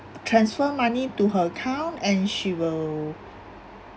transfer money to her account and she will